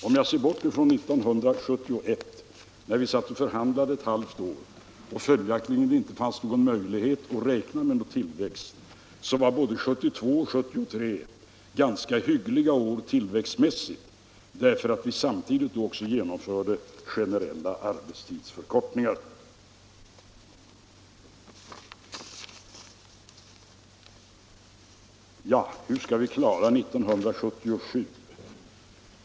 Om jag ser bort från 1971, när vi förhandlade ett halvt år, och då det följaktligen inte fanns någon möjlighet att räkna med någon tillväxt, var både 1972 och 1973 ganska hyggliga år tillväxtmässigt, därför att vi samtidigt genomförde generella arbetstidsförkortningar. Ja, hur skall vi klara 1977?